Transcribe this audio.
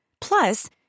Plus